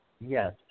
Yes